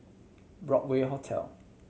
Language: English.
Broadway Hotel